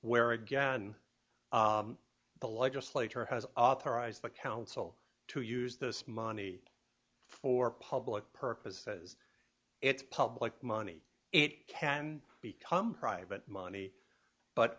again the legislature has authorized the council to use this money for public purposes it's public money it can become private money but